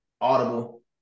Audible